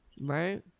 right